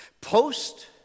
Post